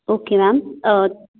okay ma'am